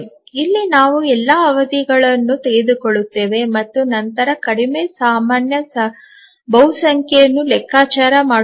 ಇಲ್ಲಿ ನಾವು ಎಲ್ಲಾ ಅವಧಿಗಳನ್ನು ತೆಗೆದುಕೊಳ್ಳುತ್ತೇವೆ ಮತ್ತು ನಂತರ ಕಡಿಮೆ ಸಾಮಾನ್ಯ ಬಹುಸಂಖ್ಯೆಯನ್ನು ಲೆಕ್ಕಾಚಾರ ಮಾಡುತ್ತೇವೆ